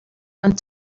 went